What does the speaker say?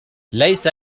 ليس